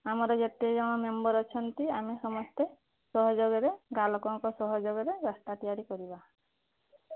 ଆମର ଯେତେ ଜଣ ମେମ୍ବର୍ ଅଛନ୍ତି ଆମେ ସମସ୍ତେ ସହଯୋଗରେ ଗାଁ ଲୋକଙ୍କ ସହଯୋଗରେ ରାସ୍ତା ତିଆରି କରିବା